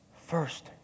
first